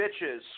bitches